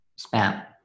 spam